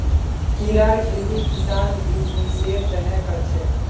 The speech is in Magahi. कीड़ार खेती किसान बीजनिस्सेर तने कर छे